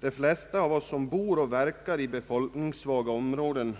De flesta av oss som bor och verkar i befolkningssvaga områden